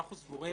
אנחנו סבורים